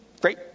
great